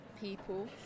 people